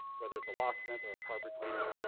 whether it's a locksmith or a carpet cleaner,